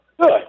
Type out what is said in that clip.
Good